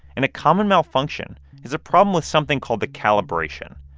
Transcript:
and a common malfunction is a problem with something called the calibration.